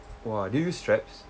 !wah! do you use straps